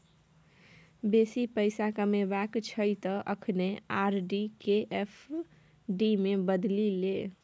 बेसी पैसा कमेबाक छौ त अखने आर.डी केँ एफ.डी मे बदलि ले